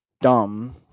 Dumb